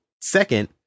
Second